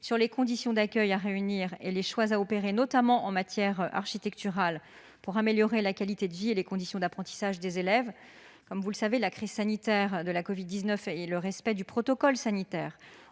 sur les conditions d'accueil à réunir et les choix à effectuer, notamment en matière architecturale, afin d'améliorer la qualité de vie et les conditions d'apprentissage des élèves. Comme vous le savez, la crise sanitaire de la covid-19 et le respect du protocole sanitaire